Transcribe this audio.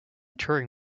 touring